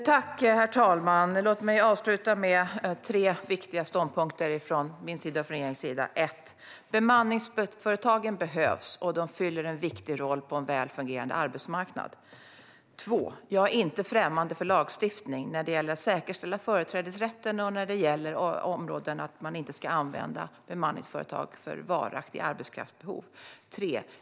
Herr talman! Låt mig avsluta med tre viktiga ståndpunkter för mig och regeringen: Bemanningsföretagen behövs. De fyller en viktig roll på en väl fungerande arbetsmarknad. Jag är inte främmande för lagstiftning när det gäller att säkerställa företrädesrätten och när det gäller att man inte ska använda bemanningsföretag för varaktiga arbetskraftsbehov.